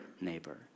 neighbor